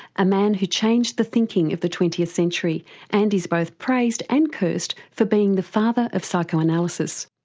a man who changed the thinking of the twentieth century and is both praised and cursed for being the father of psychoanalysis.